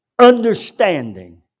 understanding